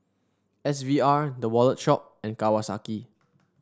S V R The Wallet Shop and Kawasaki